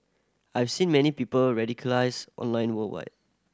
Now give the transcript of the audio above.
I've seen many people radicalised online worldwide